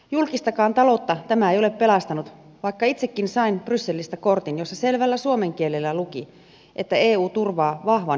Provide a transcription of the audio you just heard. julkistakaan taloutta tämä ei ole pelastanut vaikka itsekin sain brysselistä kortin jossa selvällä suomen kielellä luki että eu turvaa vahvan julkisen talouden